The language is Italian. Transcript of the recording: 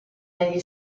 negli